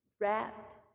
wrapped